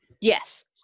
Yes